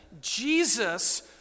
Jesus